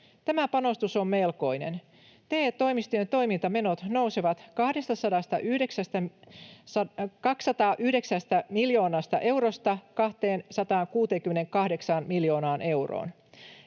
Tämä panostus on melkoinen. TE-toimistojen toimintamenot nousevat 209 miljoonasta eurosta 268 miljoonaan euroon.